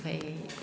ओमफाय